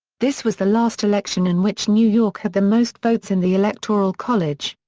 this was the last election in which new york had the most votes in the electoral college.